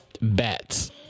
Bats